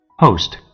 Host